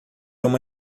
uma